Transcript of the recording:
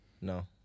No